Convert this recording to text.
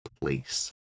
place